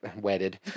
wedded